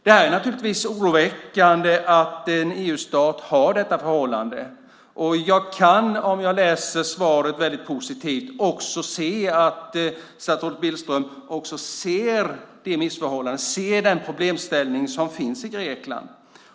Det är naturligtvis oroväckande att en EU-stat har detta förhållande. Jag kan, om jag läser svaret väldigt positivt, få intrycket att statsrådet Billström inser missförhållandet och problemen som finns i Grekland.